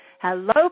Hello